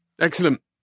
Excellent